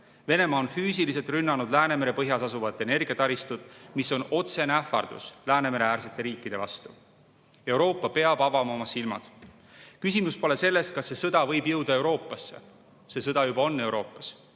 Venemaa on füüsiliselt rünnanud Läänemere põhjas asuvat energiataristut. See on otsene ähvardus Läänemere-äärsete riikide vastu. Euroopa peab avama oma silmad. Küsimus pole selles, kas see sõda võib jõuda Euroopasse. See sõda juba on Euroopas.